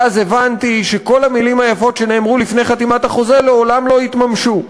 ואז הבנתי שכל המילים היפות שנאמרו לפני חתימת החוזה לעולם לא יתממשו.